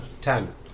Ten